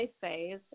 phase